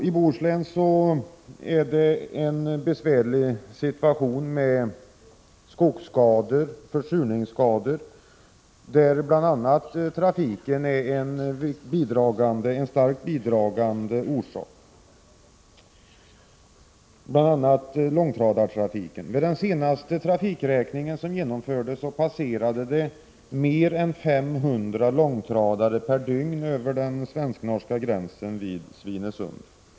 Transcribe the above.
I Bohuslän finns stora bekymmer med skogsskador och försurningsskador, till vilka bl.a. trafiken är en stark bidragande orsak, inte minst långtradartrafiken. Vid den senaste trafikräkning som genomfördes visade det sig att mer än 500 långtradare per dygn passerade den svensk-norska gränsen vid Svinesund.